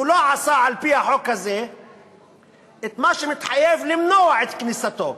הוא לא עשה על-פי החוק הזה את מה שמתחייב כדי למנוע את כניסתו,